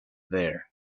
there